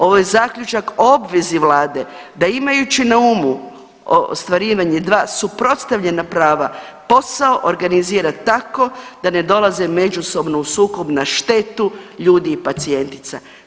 Ovo je zaključak o obvezi vlade da imajući na umu ostvarivanje dva suprotstavljena prava posao organizira tako da ne dolaze međusobno u sukob na štetu ljudi i pacijentica.